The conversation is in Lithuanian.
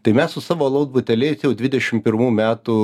tai mes su savo alaus buteliais jau dvidešim pirmų metų